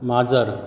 माजर